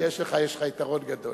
יש לך, יש לך יתרון גדול.